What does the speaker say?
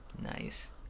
Nice